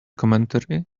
commentary